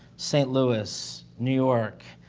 st. louis, new york.